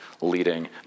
leading